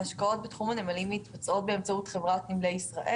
ההשקעות בתחום הנמלים מתבצעות באמצעות חברת נמלי ישראל